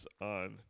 on